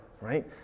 right